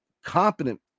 competent